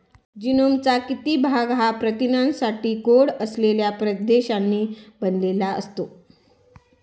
जीनोमचा किती भाग हा प्रथिनांसाठी कोड असलेल्या प्रदेशांनी बनलेला असतो?